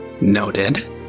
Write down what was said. Noted